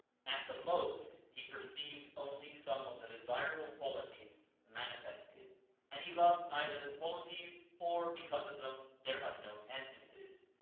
at the most, he perceives only some of the desirable qualities manifested and he loves either the qualities or, because of them, their unknown essences.